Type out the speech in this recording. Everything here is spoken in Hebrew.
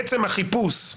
עצם החיפוש,